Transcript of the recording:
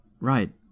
Right